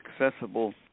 accessible